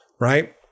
right